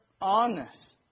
honest